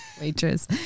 Waitress